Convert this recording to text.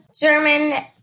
German